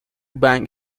bang